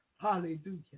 Hallelujah